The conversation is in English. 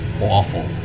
awful